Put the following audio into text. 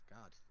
God